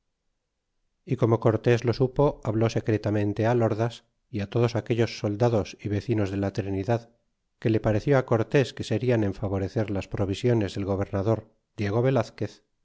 y como cortés lo supo habló secretamente al ordas y á todos aquellos soldados y vecinos de la trinidad que le pareció cortés que serian en favorecer las provisiones del gobernador diego velazquez